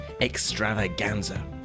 extravaganza